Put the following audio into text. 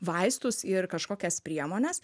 vaistus ir kažkokias priemones